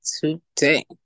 today